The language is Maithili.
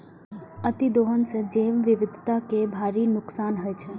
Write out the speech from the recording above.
अतिदोहन सं जैव विविधता कें भारी नुकसान होइ छै